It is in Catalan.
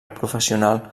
professional